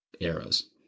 arrows